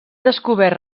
descobert